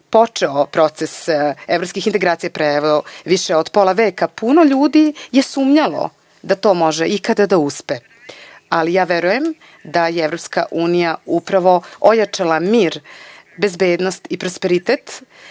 počeo proces evropskih integracija pre više od pola veka, puno ljudi je sumnjalo da to može ikada da uspe, ali verujem da je EU upravo ojačala mir, bezbednost i prosperitet